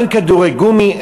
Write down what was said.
אין כדורי גומי?